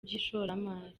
by’ishoramari